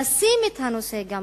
לשים את הנושא גם